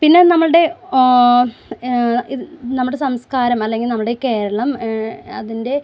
പിന്നെ നമ്മളുടെ ഇത് നമ്മുടെ സംസ്കാരം അല്ലെങ്കിൽ നമ്മുടെ കേരളം അതിൻ്റെ